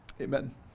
Amen